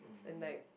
and like